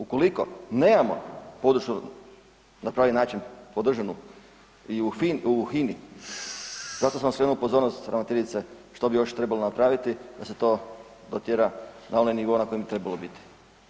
Ukoliko nemamo podršku na pravi način podržanu i u HINA-i, zato sam skrenuo pozornost ravnateljice što bi još trebalo napraviti da se to dotjera na onaj nivo na kojem bi trebalo biti.